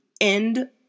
end